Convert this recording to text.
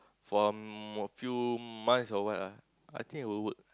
for um a few months or what lah I think I will work